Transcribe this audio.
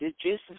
Jesus